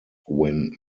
win